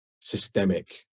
systemic